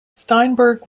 steinberg